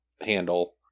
Handle